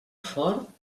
fort